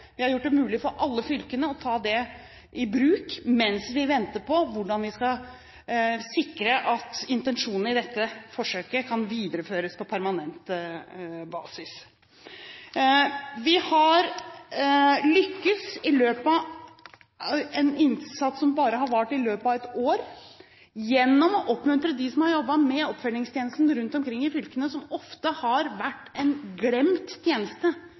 Vi har gjort det mulig for alle fylkene å ta det i bruk mens vi venter på hvordan vi skal sikre at intensjonene i dette forsøket kan videreføres på permanent basis. Vi har lyktes – med en innsats som bare har vart i ett år – med å oppmuntre dem som har jobbet med oppfølgingstjenesten rundt omkring i fylkene, som ofte har vært en glemt tjeneste,